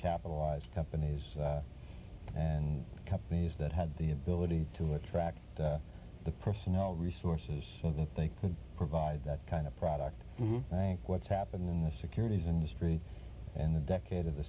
capitalized companies and companies that had the ability to attract the personnel resources so that they could provide that kind of product what's happened in the securities industry in the decade of the